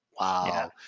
wow